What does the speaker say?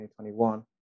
2021